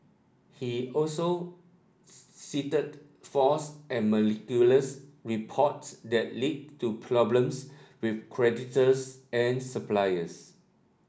he also cited false and reports that led to problems with creditors and suppliers